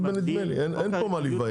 אין פה על מה להיוועץ.